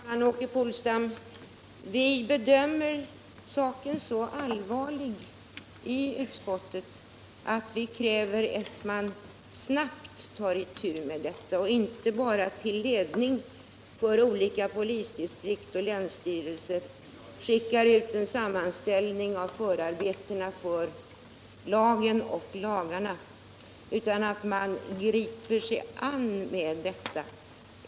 Herr talman! I utskottet bedömde vi saken som så allvarlig, Åke Polstam, att vi krävde att man snabbt skulle ta itu med den, så att man till ledning för olika polisdistrikt och länsstyrelser inte bara skickar ut en sammanställning om förarbetena till lagarna. Man måste gripa sig an med detta.